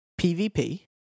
PvP